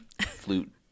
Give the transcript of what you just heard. flute